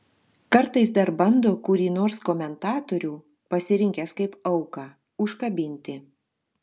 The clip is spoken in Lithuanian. kartais dar bando kurį nors komentatorių pasirinkęs kaip auką užkabinti